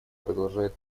продолжает